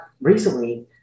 recently